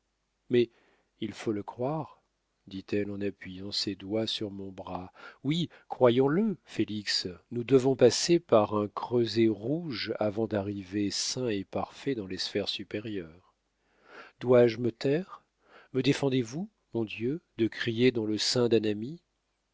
mais il faut le croire dit-elle en appuyant ses doigts sur mon bras oui croyons le félix nous devons passer par un creuset rouge avant d'arriver saints et parfaits dans les sphères supérieures dois-je me taire me défendez-vous mon dieu de crier dans le sein d'un ami